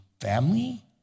family